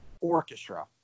orchestra